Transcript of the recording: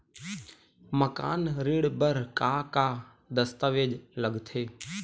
मकान ऋण बर का का दस्तावेज लगथे?